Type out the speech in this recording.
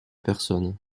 personne